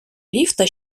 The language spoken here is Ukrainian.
ліфта